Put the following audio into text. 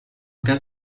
cas